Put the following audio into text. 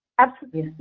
absolutely.